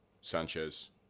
Sanchez